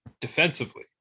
defensively